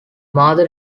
mother